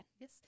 Yes